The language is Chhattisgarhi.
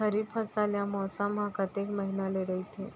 खरीफ फसल या मौसम हा कतेक महिना ले रहिथे?